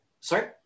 sorry